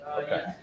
Okay